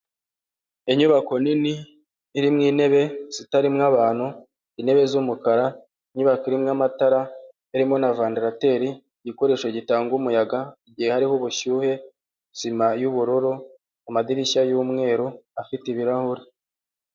Inyubako nini iririmo intebe zitarimo abantu, intebe z'umukara, inyubaho irimo matara, harimo na vandarateri, igikoresho gitanga umuyaga igihe hariho ubushyuhe, sima y'ubururu, amadirishya y'umweru afite ibirahure.